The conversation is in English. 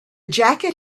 jacket